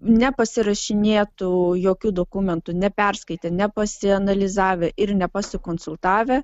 nepasirašinėtų jokių dokumentų neperskaitę nepasianalizavę ir nepasikonsultavę